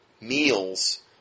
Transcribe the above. meals